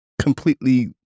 completely